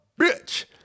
bitch